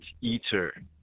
eater